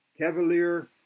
Cavalier